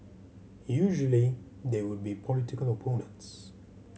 usually they would be political opponents